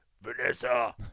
Vanessa